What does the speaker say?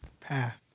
Path